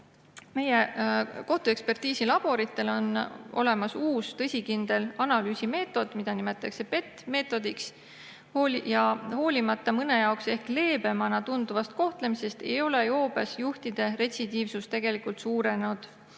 Meie kohtuekspertiisi laboritel on olemas uus tõsikindel analüüsimeetod, mida nimetatakse PET-meetodiks. Hoolimata mõne jaoks ehk leebemana tunduvast kohtlemisest ei ole joobes juhtide retsidiivsus tegelikult suurenenud.